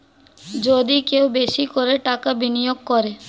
যদি কেউ বেশি করে টাকা বিনিয়োগ করে